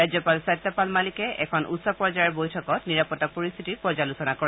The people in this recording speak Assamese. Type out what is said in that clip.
ৰাজ্যপাল সত্যপাল মালিকে এখন উচ্চ পৰ্যায়ৰ বৈঠকত নিৰাপত্তা পৰিস্থিতিৰ পৰ্যালোচনা কৰে